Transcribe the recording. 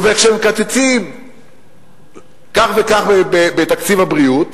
וכשמקצצים כך וכך בתקציב הבריאות,